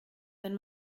wenn